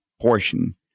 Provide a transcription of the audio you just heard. portion